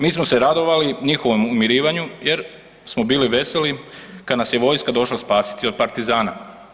Mi smo se radovali njihovom umirivanju jer smo bili veseli kad nas je vojska došla spasiti od partizana.